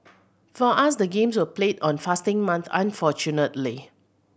for us the games were played on fasting month unfortunately